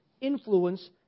influence